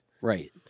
Right